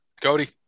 Cody